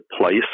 place